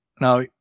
now